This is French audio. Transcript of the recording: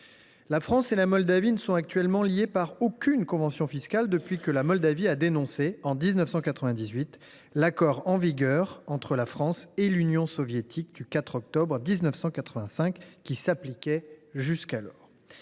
La France et la Moldavie ne sont actuellement liées par aucune convention fiscale depuis que la Moldavie a dénoncé, en 1998, l’accord en vigueur entre la France et l’Union soviétique du 4 octobre 1985, qui s’appliquait jusqu’alors.